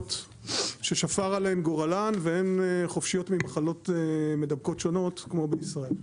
ממדינות שפר עליהן גורלן והן חופשיות ממחלות מדבקות שונות כמו בישראל.